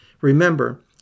Remember